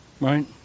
right